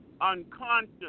unconscious